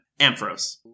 Amphros